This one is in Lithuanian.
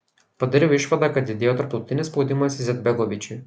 padariau išvadą kad didėjo tarptautinis spaudimas izetbegovičiui